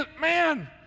man